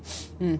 mm